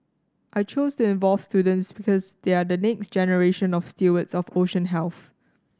I chose to involve students because they are the next generation of stewards for ocean health